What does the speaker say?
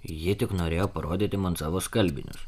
ji tik norėjo parodyti man savo skalbinius